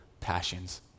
passions